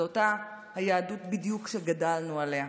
זאת אותה היהדות בדיוק שגדלנו עליה.